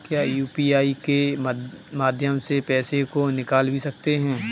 क्या यू.पी.आई के माध्यम से पैसे को निकाल भी सकते हैं?